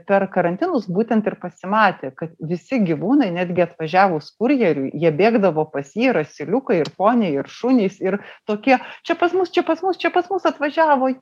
per karantinus būtent ir pasimatė kad visi gyvūnai netgi atvažiavus kurjeriui jie bėgdavo pas jį ir asiliukai ir poniai ir šunys ir tokie čia pas mus čia pas mus čia pas mus atvažiavo